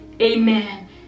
Amen